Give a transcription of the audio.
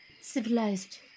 Civilized